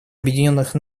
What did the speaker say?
объединенных